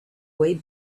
way